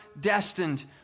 destined